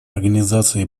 организации